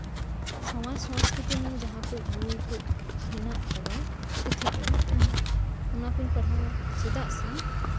ᱥᱚᱢᱟᱡ ᱥᱚᱥᱠᱨᱤᱛᱤ ᱱᱤᱭᱮ ᱡᱟᱦᱟᱸ ᱠᱚ ᱵᱳᱭ ᱠᱚ ᱦᱮᱱᱟᱜ ᱟᱠᱟᱫᱟ ᱯᱩᱛᱷᱤ ᱠᱚ ᱚᱱᱟ ᱠᱚᱧ ᱯᱟᱲᱦᱟᱣᱼᱟ ᱪᱮᱫᱟᱜ ᱥᱮ